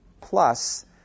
plus